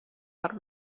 but